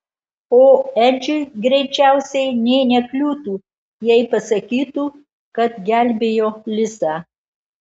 o edžiui greičiausiai nė nekliūtų jei pasakytų kad gelbėjo lisą